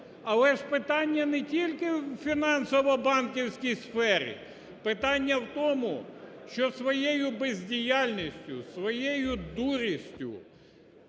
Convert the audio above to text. Але ж питання не тільки в фінансово-банківській сфері, питання в тому, що своєю бездіяльністю, своєю дурістю